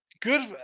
good